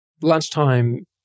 Lunchtime